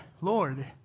Lord